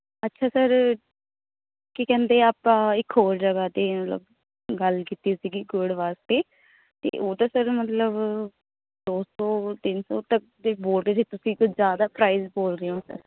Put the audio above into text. ਅੱਛਾ ਸਰ ਕੀ ਕਹਿੰਦੇ ਆਪਾਂ ਇੱਕ ਹੋਰ ਜਗ੍ਹਾ 'ਤੇ ਮਤਲਬ ਗੱਲ ਕੀਤੀ ਸੀਗੀ ਗੁੜ ਵਾਸਤੇ ਅਤੇ ਉਹ ਤਾਂ ਸਰ ਮਤਲਬ ਦੋ ਸੌ ਤਿੰਨ ਸੌ ਤੱਕ ਤਾਂ ਬੋਲ ਰਹੇ ਸੀ ਤੁਸੀਂ ਤਾਂ ਜ਼ਿਆਦਾ ਪ੍ਰਾਈਜ ਬੋਲ ਰਹੇ ਹੋ ਸਰ